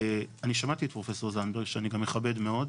אני שמעתי את פרופ' זנדברג, שאני גם מכבד מאוד.